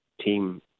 team